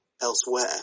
elsewhere